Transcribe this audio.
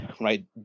right